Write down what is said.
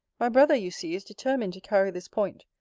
my brother, you see, is determined to carry this point,